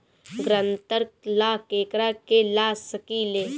ग्रांतर ला केकरा के ला सकी ले?